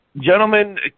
gentlemen